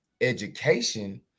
education